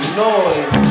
noise